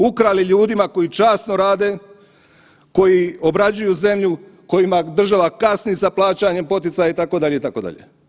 Ukrali ljudima koji časno rade, koji obrađuju zemlju, kojima država kasni sa plaćanjem poticaja itd., itd.